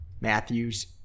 Matthews